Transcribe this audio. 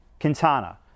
Quintana